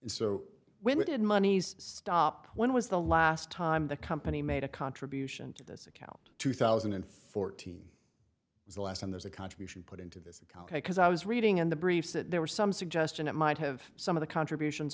trustee so when we did moneys stop when was the last time the company made a contribution to this account two thousand and fourteen was the last and there's a contribution put into this because i was reading in the briefs that there was some suggestion it might have some of the contributions